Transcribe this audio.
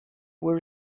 were